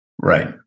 Right